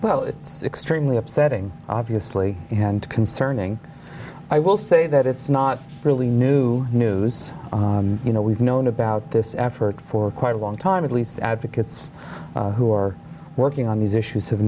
well it's extremely upsetting obviously you had concerning i will say that it's not really new news you know we've known about this effort for quite a long time at least advocates who are working on these issues have